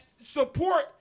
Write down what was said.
Support